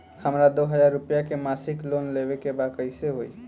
हमरा दो हज़ार रुपया के मासिक लोन लेवे के बा कइसे होई?